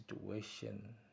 situation